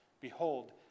Behold